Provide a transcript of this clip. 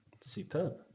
Superb